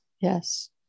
yes